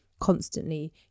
constantly